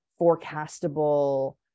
forecastable